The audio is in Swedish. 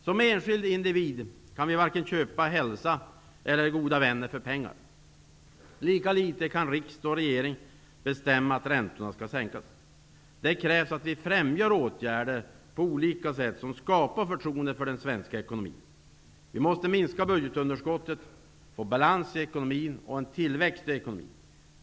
Som enskilda individer kan vi varken köpa hälsa eller goda vänner för pengar. Lika litet kan riksdag och regering bestämma att räntorna skall sänkas. Det krävs att vi på olika sätt främjar åtgärder som skapar förtroende för den svenska ekonomin. Vi måste minska budgetunderskottet, få balans och tillväxt i ekonomin.